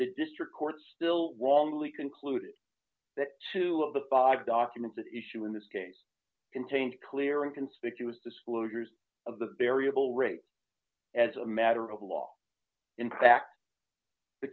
the district court still wrongly concluded that two of the documents at issue in this case in taint a clear and conspicuous disclosures of the variable rate as a matter of law in fact the